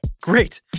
Great